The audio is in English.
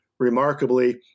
remarkably